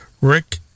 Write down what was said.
Rick